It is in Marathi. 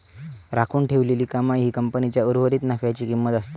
राखून ठेवलेली कमाई ही कंपनीच्या उर्वरीत नफ्याची किंमत असता